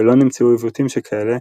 ולא נמצאו עיוותים שכאלה,